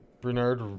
Bernard